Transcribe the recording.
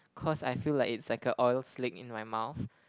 cause I feel like it's like a oil slick in my mouth